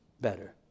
better